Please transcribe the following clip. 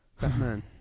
Batman